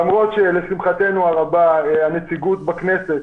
למרות שלשמחתנו הרבה הנציגות בכנסת